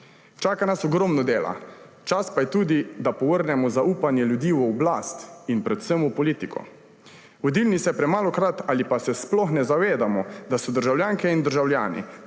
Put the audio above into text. Čaka nas ogromno dela, čas pa je tudi, da povrnemo zaupanje ljudi v oblast in predvsem v politiko. Vodilni se premalokrat ali pa se sploh ne zavedamo, da so državljanke in državljani